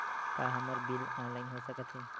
का हमर bill online हो सकत हे?